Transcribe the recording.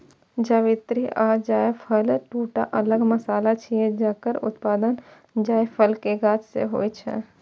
जावित्री आ जायफल, दूटा अलग मसाला छियै, जकर उत्पादन जायफल के गाछ सं होइ छै